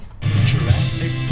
Jurassic